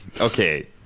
Okay